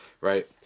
right